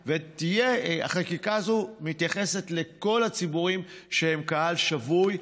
והחקיקה הזאת מתייחסת לכל הציבורים שהם קהל שבוי.